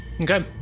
Okay